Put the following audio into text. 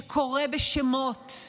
שקורא בשמות,